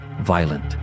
violent